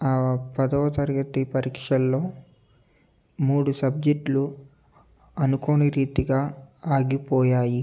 ఆ పదవ తరగతి పరీక్షల్లో మూడు సబ్జెక్టులు అనుకోని రీతిగా ఆగిపోయాయి